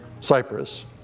Cyprus